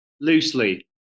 loosely